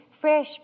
fresh